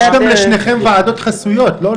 לשניכם יש גם ועדות חסויות, לא?